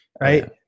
right